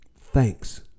thanks